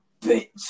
bitch